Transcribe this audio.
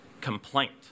complaint